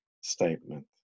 statement